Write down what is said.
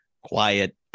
quiet